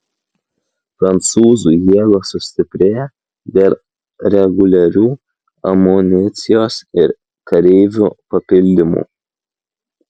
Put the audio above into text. prancūzų jėgos sustiprėja dėl reguliarių amunicijos ir kareivių papildymų